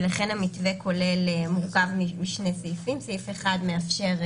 ולכן המתווה מורכב משני סעיפים: סעיף אחד מאפשר,